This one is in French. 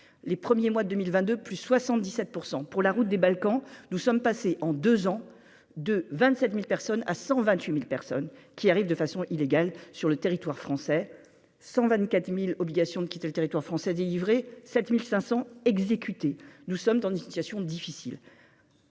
les premiers mois de 2022 plus 77 % pour la route des Balkans, nous sommes passés en 2 ans de 27000 personnes à 128000 personnes qui arrivent de façon illégale sur le territoire français, 124000 obligation de quitter le territoire français délivrées 7500 exécuté, nous sommes dans une situation difficile